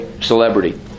celebrity